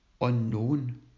unknown